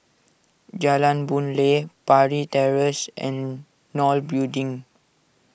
Jalan Boon Lay Parry Terrace and Nol Building